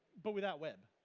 but without web.